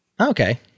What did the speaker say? Okay